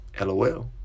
LOL